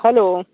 hello